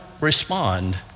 respond